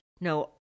no